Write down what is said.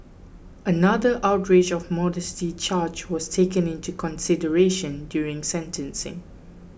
another outrage of modesty charge was taken into consideration during sentencing